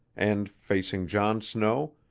and, facing john snow,